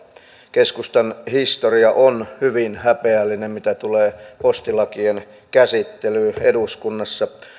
keskustan historia on hyvin häpeällinen mitä tulee postilakien käsittelyyn eduskunnassa